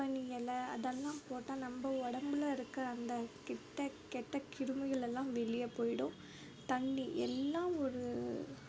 குப்பணி எலை அதலாம் போட்டால் நம்ம உடம்புல இருக்க அந்த கிட்ட கெட்ட கிருமிகளெல்லாம் வெளியே போய்டும் தண்ணீர் எல்லா ஒரு